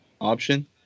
option